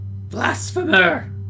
Blasphemer